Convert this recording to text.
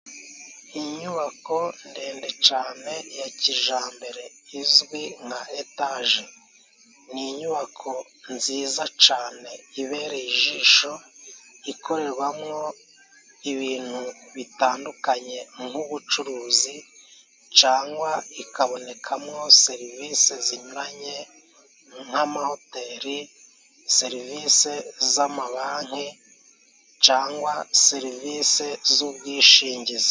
Inyubako ndende cane ya kijambere izwi nka etaje, ni inyubako nziza cane ibereye ijisho ikorerwamwo ibintu bitandukanye nk'ubucuruzi, cangwa ikabonekamo serivisi zinyuranye nk'amahoteli, serivisi z'amabanki cangwa serivisi z'ubwishingizi.